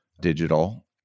digital